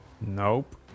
Nope